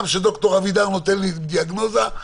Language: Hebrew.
גם כשד"ר אבידר נותן לי דיאגנוזה -- פרופסור.